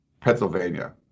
Pennsylvania